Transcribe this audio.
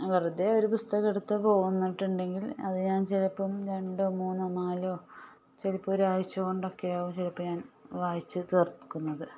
വെറുതെ ഒരു പുസ്തകം എടുത്ത് പോന്നിട്ടുണ്ടെങ്കിൽ അത് ഞാൻ ചിലപ്പോൾ രണ്ടോ മൂന്നോ നാലോ ചിലപ്പോൾ ഒരാഴ്ച കൊണ്ട് ഒക്കെയാവും ചിലപ്പോൾ ഞാൻ വായിച്ചു തീർക്കുന്നത്